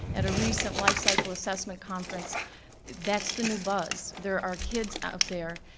at a recent lifecycle assessment conference that's the new buzz. there are kids out there,